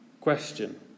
question